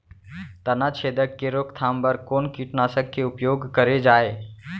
तनाछेदक के रोकथाम बर कोन कीटनाशक के उपयोग करे जाये?